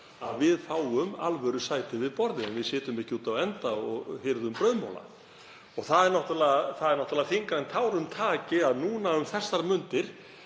að við fáum alvörusæti við borðið en sitjum ekki úti á enda og hirðum brauðmola. Það er náttúrlega þyngra en tárum taki að um þessar mundir